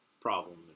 problem